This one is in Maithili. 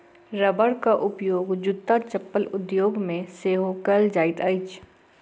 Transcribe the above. रबरक उपयोग जूत्ता चप्पल उद्योग मे सेहो कएल जाइत अछि